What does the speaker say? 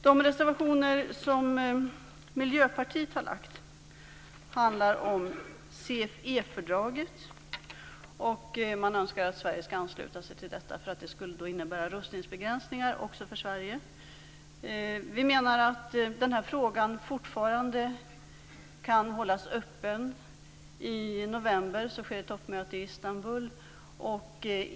De reservationer som Miljöpartiet har lagt fram handlar om CFE-fördraget. Man önskar att Sverige skall ansluta sig till detta, eftersom det skulle innebära rustningsbegränsning även för Sverige. Vi menar att denna fråga fortfarande kan hållas öppen. I november skall ett toppmöte äga rum i Istanbul.